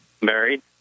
Married